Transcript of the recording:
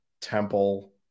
Temple